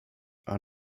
are